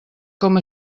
coma